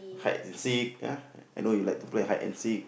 hide and seek ah I know you like to play hide and seek